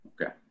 Okay